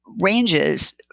ranges